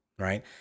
Right